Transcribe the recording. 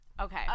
Okay